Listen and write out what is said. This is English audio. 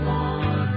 one